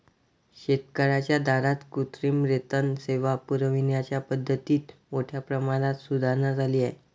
शेतकर्यांच्या दारात कृत्रिम रेतन सेवा पुरविण्याच्या पद्धतीत मोठ्या प्रमाणात सुधारणा झाली आहे